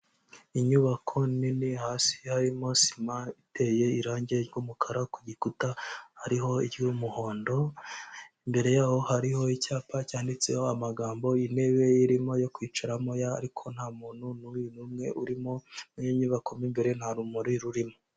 Inyubako nini hasi harimo sima iteye irangi ry'umukara, ku gikuta hariho iry'umuhondo, imbere yaho hariho icyapa cyanditseho amagambo, intebe irimo yo kwicaramo ariko nta muntu nuyu n'umwe urimo, muri iyo nyubako mo imbere nta rumuri rurimo.